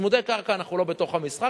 בצמודי קרקע אנחנו לא בתוך המשחק,